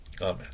Amen